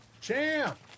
Champ